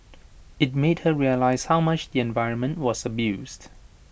IT made her realise how much the environment was abused